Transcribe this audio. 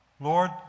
Lord